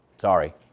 Sorry